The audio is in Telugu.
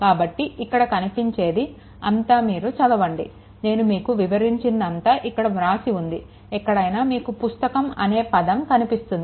కాబట్టి ఇక్కడ కనిపించేది అంతా మీరు చదవండినేను మీకు వివరించింది అంతా ఇక్కడ వ్రాసి ఉంది ఎక్కడైనా మీకు పుస్తకం అనే పదం కనిపిస్తుంది